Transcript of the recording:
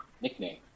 nickname